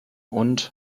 und